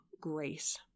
grace